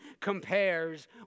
compares